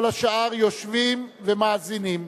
כל השאר יושבים ומאזינים.